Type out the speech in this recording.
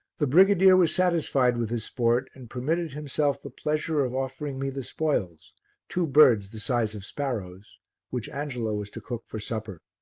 the brigadier was satisfied with his sport and permitted himself the pleasure of offering me the spoils two birds the size of sparrows which angelo was to cook for supper.